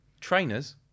trainers